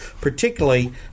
particularly